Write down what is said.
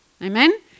Amen